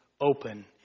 open